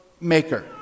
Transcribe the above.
maker